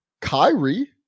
Kyrie